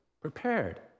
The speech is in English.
Prepared